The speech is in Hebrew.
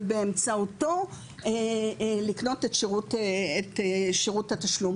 ובאמצעותו לקנות את שירות התשלום.